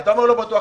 אתה אומר לא בטוח,